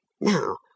Now